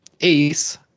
Ace